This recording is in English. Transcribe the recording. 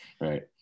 Right